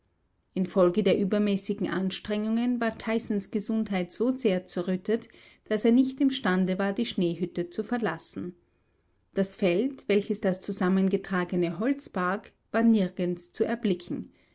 infolge der übermäßigen anstrengungen war tysons gesundheit so sehr zerrüttet daß er nicht imstande war die schneehütte zu verlassen das feld welches das zusammengetragene holz barg war nirgends zu erblicken